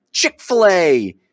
Chick-fil-A